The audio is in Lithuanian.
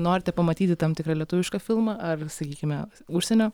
norite pamatyti tam tikrą lietuvišką filmą ar sakykime užsienio